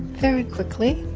very quickly.